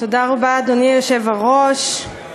אדוני היושב-ראש,